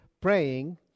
praying